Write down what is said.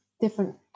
different